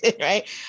Right